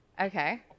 Okay